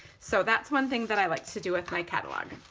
so that's one thing that i like to do with my catalog.